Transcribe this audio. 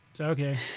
Okay